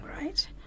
right